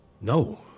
No